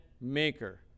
maker